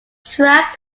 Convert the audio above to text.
tracks